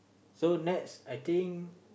so next I think